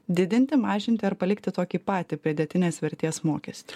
didinti mažinti ar palikti tokį patį pridėtinės vertės mokestį